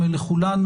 בדומה לכולנו.